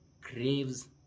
craves